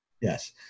Yes